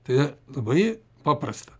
tai labai paprasta